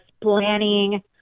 planning